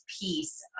piece